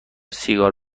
سیگار